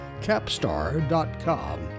capstar.com